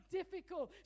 difficult